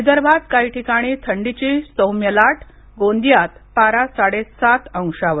विदर्भात काही ठिकाणी थंडीची सौम्य लाट गोंदियात पारा साडेसात अंशांवर